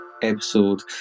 episode